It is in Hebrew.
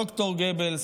ד"ר גבלס,